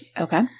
Okay